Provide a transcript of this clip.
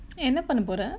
என்ன பண்ண போற:enna panna pora